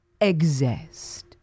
exist